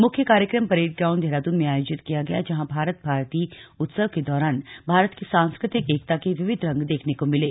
मुख्य कार्यक्रम parade ground Dehradun में आयोजित किया गया जहां भारत भारती उत्सव के दौरान भारत की सांस्कृतिक एकता के विविध रंग देखने को मिले